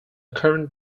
current